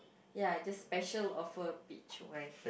ya just special offer peach wine